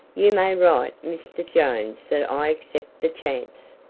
you may write mr. jones that i accept the chance.